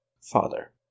Father